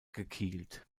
gekielt